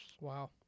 Wow